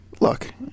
Look